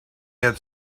had